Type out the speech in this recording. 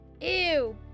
Ew